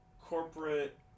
corporate